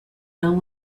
known